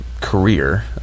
career